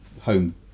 home